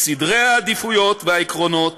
סדרי העדיפויות והעקרונות